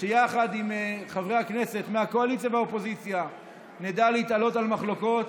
שיחד עם חברי הכנסת מהקואליציה והאופוזיציה נדע להתעלות על מחלוקות